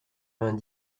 vingt